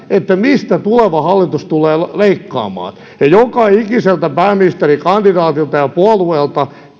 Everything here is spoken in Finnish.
että mistä tuleva hallitus tulee leikkaamaan ja joka ikiseltä pääministerikandidaatilta ja puolueelta